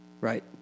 Right